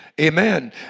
Amen